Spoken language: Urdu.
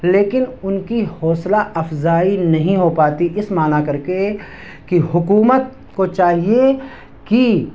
لیکن ان کی حوصلہ افزائی نہیں ہو پاتی اس معنی کر کے کہ حکومت کو چاہیے کہ